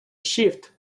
shift